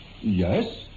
Yes